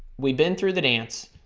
we've been through the dance,